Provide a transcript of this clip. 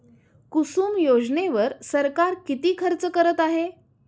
कुसुम योजनेवर सरकार किती खर्च करत आहे?